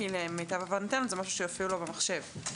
כי למיטב הבנתנו זה משהו שיופיע לו במחשב,